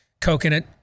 coconut